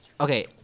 Okay